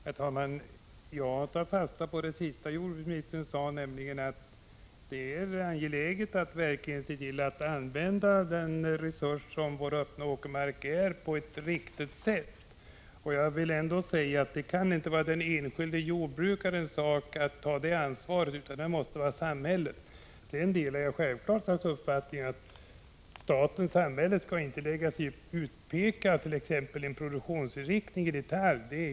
Herr talman! Jag tar fasta på det sista jordbruksministern sade, nämligen att det är angeläget att vi verkligen ser till att vi använder den resurs som vår öppna åkermark är på ett riktigt sätt. Det kan då inte vara den enskilde jordbrukarens sak att ta ansvar för detta, utan det måste samhället göra. I det sammanhanget vill jag säga att jag självfallet delar jordbruksministerns uppfattning att staten eller samhället inte skall lägga sig i och i detalj peka ut exempelvis vilken produktionsinriktning som skall gälla. Det vore helt Prot.